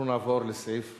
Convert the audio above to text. אנחנו נעבור לסעיף הראשון.